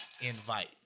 invite